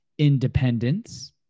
independence